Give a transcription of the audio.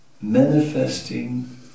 manifesting